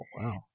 wow